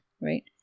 right